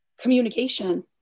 communication